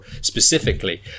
specifically